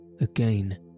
Again